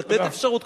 לתת את האפשרות,